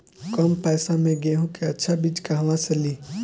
कम पैसा में गेहूं के अच्छा बिज कहवा से ली?